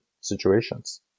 situations